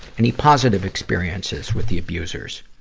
any positive experiences with the abusers?